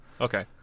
Okay